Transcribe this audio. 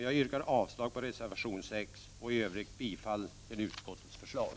Jag yrkar avslag på reservation 6 och i övrigt bifall till utskottets förslag.